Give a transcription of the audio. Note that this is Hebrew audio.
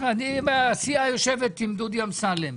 הסיעה יושבת עם דודי אמסלם.